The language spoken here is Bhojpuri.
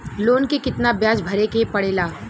लोन के कितना ब्याज भरे के पड़े ला?